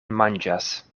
manĝas